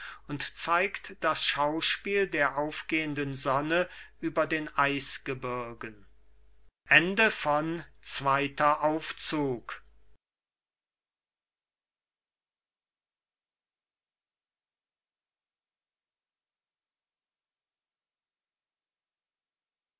und zeigt das schauspiel der aufgehenden sonne über den eisgebirgen